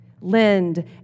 lend